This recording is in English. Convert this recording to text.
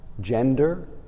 gender